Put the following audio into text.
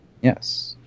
Yes